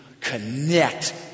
connect